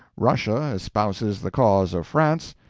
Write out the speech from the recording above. russia espouses the cause of france.